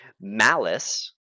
Malice